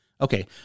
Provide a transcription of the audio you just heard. Okay